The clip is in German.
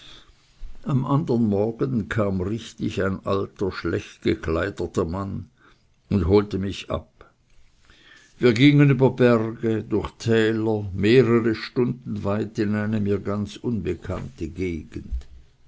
am andern morgen kam richtig ein alter schlecht gekleideter mann und holte mich ab wir gingen über berge durch täler mehrere stunden weit in eine mir ganz unbekannte gegend